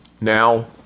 Now